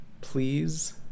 please